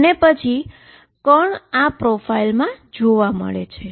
અને પછી કણ આ પ્રોફાઈલમાં જોવા મળી છે